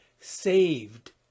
saved